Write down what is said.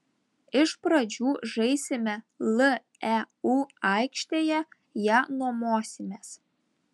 iš pradžių žaisime leu aikštėje ją nuomosimės